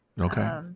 Okay